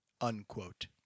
unquote